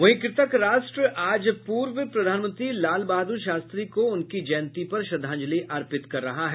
वहीं कृतज्ञ राष्ट्र आज पूर्व प्रधानमंत्री लाल बहादुर शास्त्री को उनकी जयंती पर श्रद्वांजलि अर्पित कर रहा है